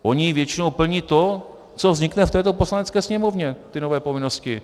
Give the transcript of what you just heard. Oni většinou plní to, co vznikne v této Poslanecké sněmovně, ty nové povinnosti.